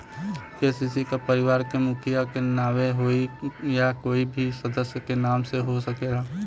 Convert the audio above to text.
KCC का परिवार के मुखिया के नावे होई या कोई भी सदस्य के नाव से हो सकेला?